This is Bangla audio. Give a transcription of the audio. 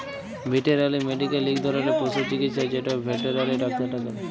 ভেটেলারি মেডিক্যাল ইক ধরলের পশু চিকিচ্ছা যেট ভেটেলারি ডাক্তাররা ক্যরে